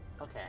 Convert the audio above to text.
Okay